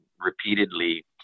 repeatedly